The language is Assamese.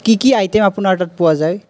কি কি আইটেম আপোনাৰ তাত পোৱা যায়